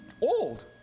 old